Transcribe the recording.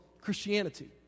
Christianity